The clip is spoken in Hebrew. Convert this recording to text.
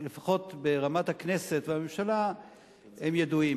לפחות ברמת הכנסת והממשלה, ידועים.